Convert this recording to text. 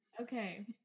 Okay